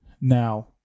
now